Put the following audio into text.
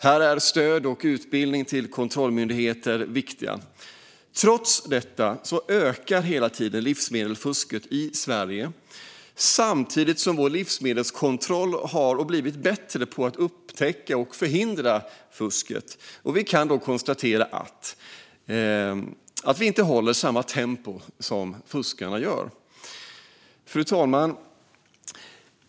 Här är stöd och utbildning till kontrollmyndigheter viktiga. Trots detta ökar hela tiden livsmedelsfusket i Sverige samtidigt som vår livsmedelskontroll har blivit bättre på att upptäcka och förhindra fusket. Vi kan tyvärr konstatera att vi inte håller samma tempo som fuskarna. Fru talman!